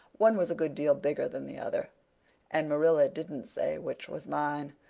one was a good deal bigger than the other and marilla didn't say which was mine.